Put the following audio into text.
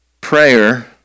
prayer